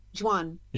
Juan